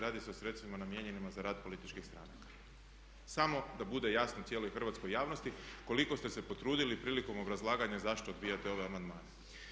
Radi se o sredstvima namijenjenim za rad političkih stranaka samo da bude jasno cijeloj hrvatskoj javnosti koliko ste se potrudili prilikom obrazlaganja zašto odbijate ove amandmane.